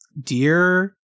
Dear